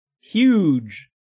huge